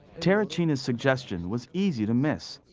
terracina's suggestion was easy to miss.